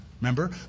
Remember